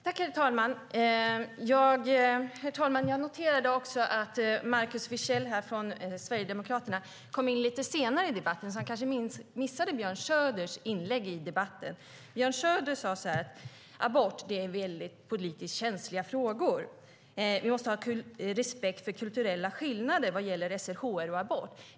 Herr talman! Jag noterade att Markus Wiechel från Sverigedemokraterna kom in lite senare i debatten, så han kanske missade Björn Söders inlägg. Björn Söder sade så här: Abort är politiskt väldigt känsliga frågor. Vi måste ha respekt för kulturella skillnader vad gäller SRHR och abort.